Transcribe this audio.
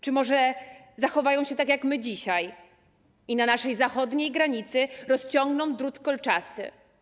Czy może zachowają się tak jak my dzisiaj i na naszej zachodniej granicy rozciągną drut kolczasty?